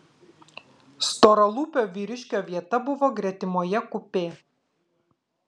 storalūpio vyriškio vieta buvo gretimoje kupė